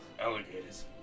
alligators